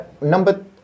Number